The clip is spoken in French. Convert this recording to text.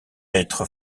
être